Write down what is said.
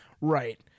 Right